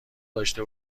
داشته